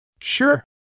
Sure